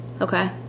Okay